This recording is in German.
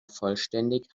vollständig